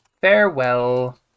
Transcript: Farewell